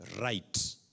right